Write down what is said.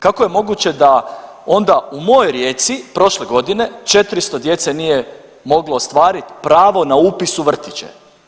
Kako je moguće da onda u mojoj Rijeci prošle godine 400 djece nije moglo ostvariti pravo na upis u vrtiće?